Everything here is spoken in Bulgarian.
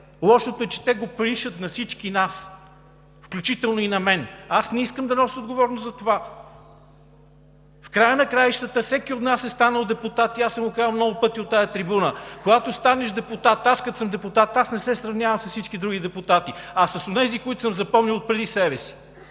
Лошото е, че те го пишат на всички нас, включително и на мен. Аз не искам да нося отговорност за това. В края на краищата всеки от нас е станал депутат и аз съм го казвал много пъти от тази трибуна, като станеш депутат, аз като съм депутат, аз не се сравнявам с всички други депутати, а с онези, които съм запомнил преди себе си!